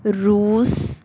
ਰੂਸ